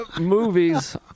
movies